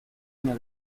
una